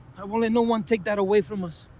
i won't let no one take that away from us.